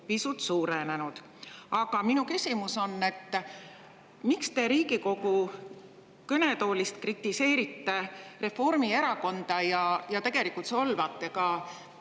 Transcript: pisut suurenenud. Aga minu küsimus. Miks te Riigikogu kõnetoolist kritiseerite Reformierakonda ja tegelikult solvate